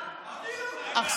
אבל,